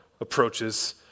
approaches